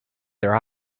their